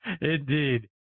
Indeed